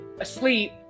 asleep